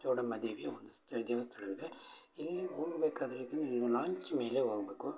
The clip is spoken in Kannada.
ಚೌಡಮ್ಮ ದೇವಿಯ ಒಂದು ಸ್ತ ದೇವಸ್ಥಳವಿದೆ ಇಲ್ಲಿಗೆ ಹೋಗಬೇಕಾದ್ರೆ ನೀವು ಲಾಂಚ್ ಮೇಲೆ ಹೋಗ್ಬೇಕು